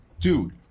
dude